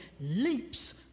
leaps